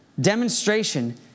Demonstration